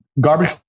Garbage